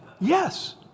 Yes